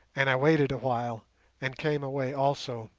and i waited a while and came away also